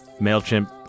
MailChimp